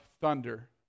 thunder